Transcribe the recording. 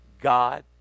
God